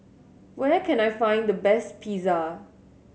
where can I find the best Pizza